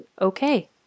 Okay